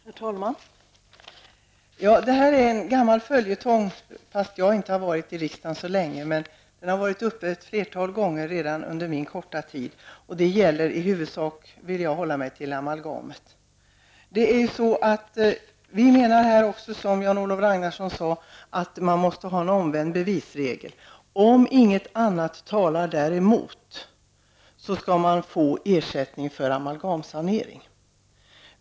Herr talman! Det här är en gammal följetong. Jag har visserligen inte suttit i riksdagen så länge, men frågan har varit uppe till debatt flera gånger under min korta tid. Jag vill i huvudsak hålla mig till det som gäller amalgamet. Vi menar, som också Jan-Olof Ragnarsson sade, att man måste ha en omvänd bevisregel. Om inget annat talar däremot skall man få ersättning för amalgamsanering.